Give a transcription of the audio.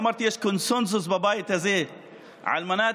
אמרתי שיש קונסנזוס בבית הזה על מנת